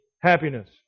happiness